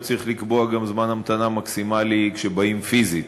שצריך לקבוע גם זמן המתנה מקסימלי כשבאים פיזית.